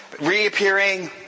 reappearing